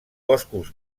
boscos